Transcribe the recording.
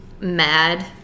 mad